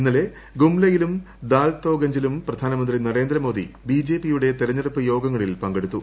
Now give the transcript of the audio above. ഇന്നലെ ഗുംലയിലൂർദ്ദാൽതോഗഞ്ചിലും പ്രധാനമന്ത്രി നരേന്ദ്രമോദി ബിജെപിയുടെ തെരഞ്ഞെടുപ്പ് യോഗങ്ങളിൽ പങ്കെടുത്തു